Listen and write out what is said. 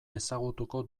ezagutuko